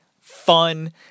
fun